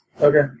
Okay